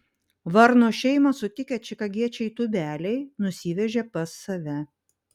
varno šeimą sutikę čikagiečiai tūbeliai nusivežė pas save